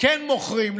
כן מוכרים,